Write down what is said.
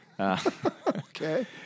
Okay